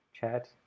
chat